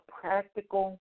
practical